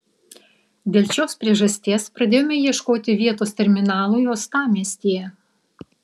dėl šios priežasties pradėjome ieškoti vietos terminalui uostamiestyje